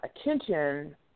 attention